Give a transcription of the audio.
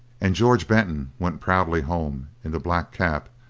and george benton went proudly home, in the black cap,